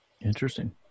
interesting